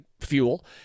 fuel